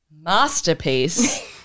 masterpiece